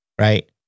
right